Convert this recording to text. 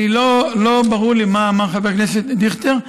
לא ברור לי מה חבר הכנסת דיכטר,